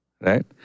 Right